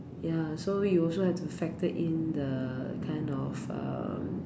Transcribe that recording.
ya so you also have to factor in the kind of um